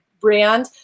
brand